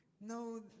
no